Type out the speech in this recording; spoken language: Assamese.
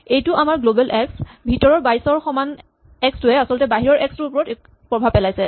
এইটো আমাৰ গ্লৱেল এক্স ভিতৰৰ ২২ ৰ সমান এক্স টোৱে আচলতে বাহিৰৰ এক্স টোৰ ওপৰত প্ৰভাৱ পেলাইছে